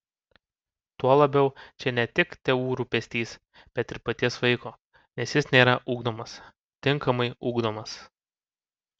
tuo labiau čia ne tik tėvų rūpestis bet ir paties vaiko nes jis nėra ugdomas tinkamai ugdomas